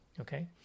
okay